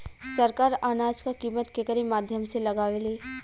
सरकार अनाज क कीमत केकरे माध्यम से लगावे ले?